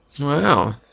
Wow